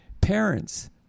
parents